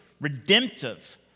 redemptive